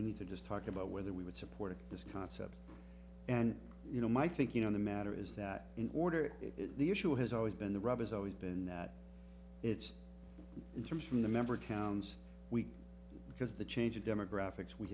we need to just talk about whether we would support this concept and you know my thinking on the matter is that in order if the issue has always been the rub is always been that it's in terms from the member towns we because the changing demographics we